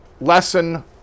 lesson